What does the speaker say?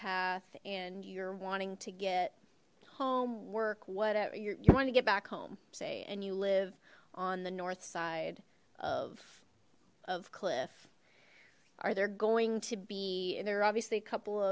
path and you're wanting to get home work whatever you want to get back home say and you live on the north side of of cliff are there going to be there are obviously a couple